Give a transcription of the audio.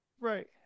Right